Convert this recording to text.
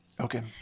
Okay